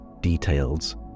details